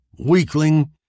Weakling